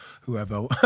whoever